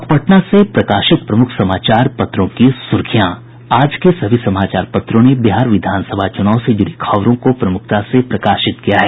अब पटना से प्रकाशित प्रमुख समाचार पत्रों की सुर्खियां आज के सभी समाचार पत्रों ने बिहार विधानसभा चुनाव से जुड़ी खबरों को प्रमुखता से प्रकाशित किया है